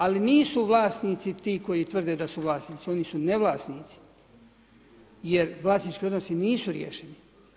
Ali nisu vlasnici ti koji tvrde da su vlasnici, oni su nevlasnici jer vlasnički odnosi nisu riješeni.